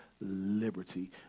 liberty